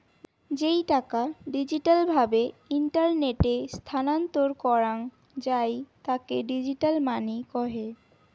যেই টাকা ডিজিটাল ভাবে ইন্টারনেটে স্থানান্তর করাঙ যাই তাকে ডিজিটাল মানি কহে